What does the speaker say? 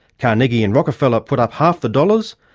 carnegie and rockefeller put up half the dollars,